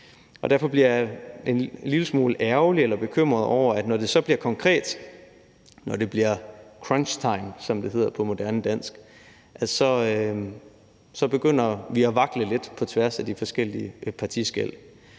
Derfor bliver jeg en lille smule ærgerlig eller bekymret over, at når det så bliver konkret – når det bliver crunch time, som det hedder på moderne dansk – så begynder vi at vakle lidt på tværs af partiskel.